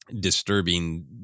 disturbing